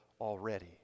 already